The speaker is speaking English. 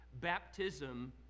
baptism